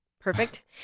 Perfect